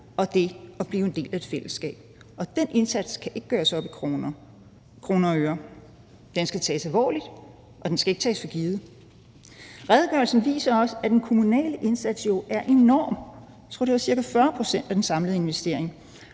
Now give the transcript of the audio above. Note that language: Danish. og det at blive en del af et fællesskab, og den indsats kan ikke gøres op i kroner og øre. Den skal tages alvorligt, og den skal ikke tages for givet. Redegørelsen viser også, at den kommunale indsats er enorm. Jeg tror, det er ca. 40 pct. af den samlede kulturinvestering,